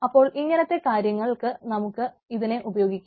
അപ്പോൾ അങ്ങനത്തെ കാര്യങ്ങൾക്ക് നമുക്ക് ഇതിനെ ഉപയോഗിക്കാം